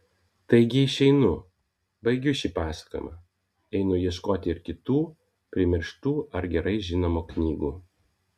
taigi išeinu baigiu šį pasakojimą einu ieškoti ir kitų primirštų ar gerai žinomų knygų